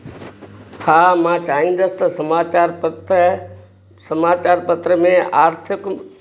हा मां चाहींदुसि त समाचार पत्र समाचार पत्र में आर्थिक